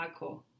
Hardcore